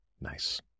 Nice